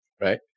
right